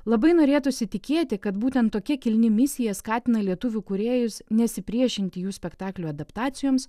labai norėtųsi tikėti kad būtent tokia kilni misija skatina lietuvių kūrėjus nesipriešinti jų spektaklio adaptacijoms